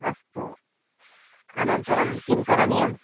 अस्तु अनन्तरं किं करणीयम्